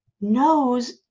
knows